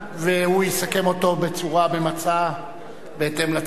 והוא יסכם אותו במצע בהתאם לצורך,